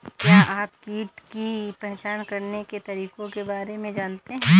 क्या आप कीट की पहचान करने के तरीकों के बारे में जानते हैं?